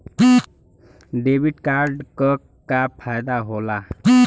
Debit card क का फायदा हो ला?